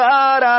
God